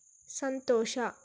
ಸಂತೋಷ